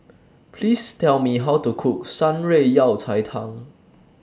Please Tell Me How to Cook Shan Rui Yao Cai Tang